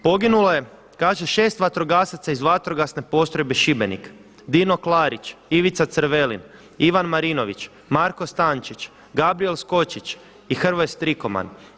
Poginulo je kaže šest vatrogasaca iz Vatrogasne postrojbe Šibenik Dino Klarić, Ivica Crvelin, Ivan Marinović, Marko Stančić, Gabrijel Skočić i Hrvoje Strikoman.